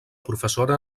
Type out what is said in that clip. professora